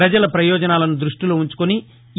ప్రజల ప్రయోజనాలను దృష్టిలో ఉంచుకుని ఈ